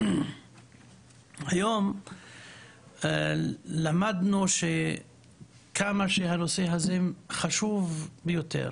היום למדנו שכמה שהנושא הזה חשוב ביותר,